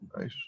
nice